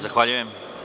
Zahvaljujem.